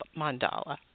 mandala